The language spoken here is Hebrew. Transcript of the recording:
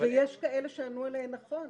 שיש כאלה שענו עליהן נכון.